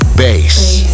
bass